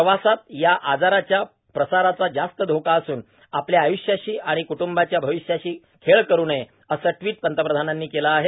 प्रवासात या आजाराच्या प्रसाराचा जास्त धोका असून आपल्या आय्ष्याशी आणि क्ट्ंबाच्या भविष्याशी खेळ करु नये असं ट्वीट पंतप्रधानांनी केलं आहे